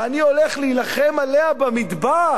ואני הולך להילחם עליה במדבר,